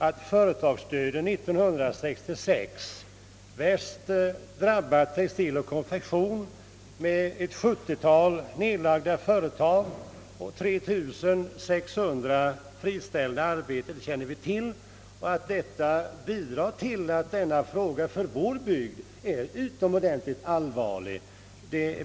Att företagsdöden 1966 värst drabbade textil och konfektion med ett 70 tal nedlagda företag och 3 600 friställda arbetare känner vi till. Detta bidrar också till att denna fråga för vår bygd är utomordentligt allvarlig.